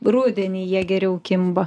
rudenį jie geriau kimba